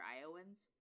Iowans